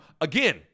again